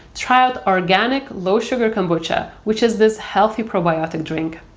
try out organic low sugar kombucha, which is this healthy probiotic drink.